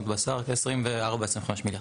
ועוד בשר זה כ-24 או 25 מיליארד.